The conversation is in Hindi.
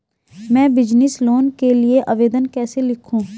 मैं बिज़नेस लोन के लिए आवेदन कैसे लिखूँ?